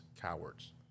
cowards